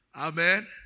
Amen